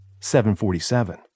747